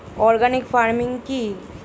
Organic farming কি?